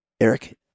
Eric